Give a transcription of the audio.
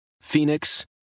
Phoenix